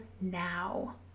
now